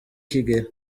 kigeli